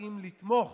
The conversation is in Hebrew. אם לתמוך